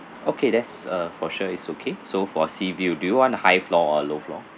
okay that's uh for sure is okay so for sea view do you want high floor or low floor